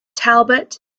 talbot